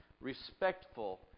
respectful